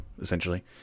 essentially